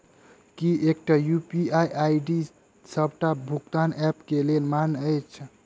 की एकटा UPI ID डी सबटा भुगतान ऐप केँ लेल मान्य अछि?